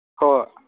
ꯍꯣꯏ ꯍꯣꯏ